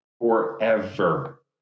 forever